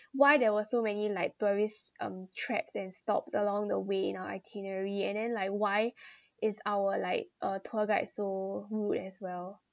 why there were so many like tourist um traps and stops along the way in our itinerary and then like why is our like uh tour guide so woe as well